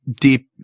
deep